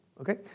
okay